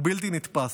הוא בלתי נתפס.